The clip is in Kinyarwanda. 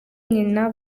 nyina